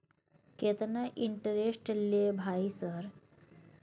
केतना इंटेरेस्ट ले भाई सर?